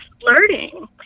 flirting